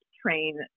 train